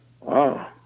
Wow